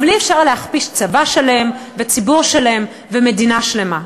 אבל אי-אפשר להכפיש צבא שלם וציבור שלם ומדינה שלמה.